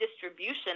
distribution